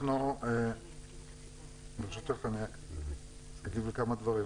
אני אגיב לכמה דברים.